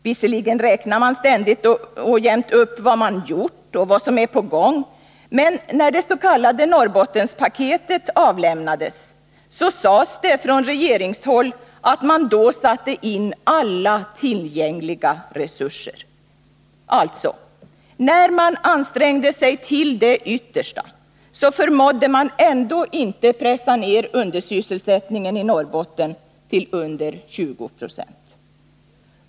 Visserligen räknar man ständigt och jämt upp vad man gjort och vad som är på gång, men när det s.k. Norrbottenspaketet avlämnades sades det från regeringshåll att man då satte in alla tillgängliga resurser. Alltså: När man ansträngde sig till det yttersta förmådde man ändå inte pressa ned undersysselsättningen i Norrbotten till under 20 26!